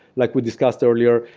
like we discussed earlier.